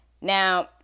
Now